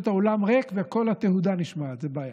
פשוט האולם ריק וכל התהודה נשמעת, זו בעיה.